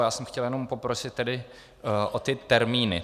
Já jsem chtěl jenom poprosit o ty termíny.